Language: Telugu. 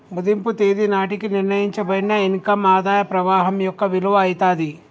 మదింపు తేదీ నాటికి నిర్ణయించబడిన ఇన్ కమ్ ఆదాయ ప్రవాహం యొక్క విలువ అయితాది